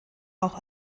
auch